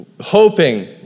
hoping